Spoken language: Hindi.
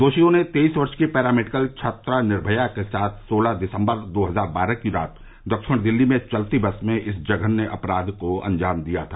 दोषियों ने तेईस वर्ष की पैरा मेडिकल छात्रा निर्मया के साथ सोलह दिसंबर दो हजार बारह की रात दक्षिणी दिल्ली में चलती बस में इस जघन्य अपराध को अंजाम दिया था